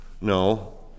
No